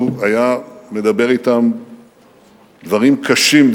הוא היה מדבר אתם דברים קשים,